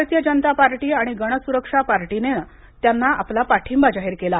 भारतीय जनता पार्टी आणि गण सुरक्षा पार्टीने त्यांना आपला पाठींबा जाहीर केला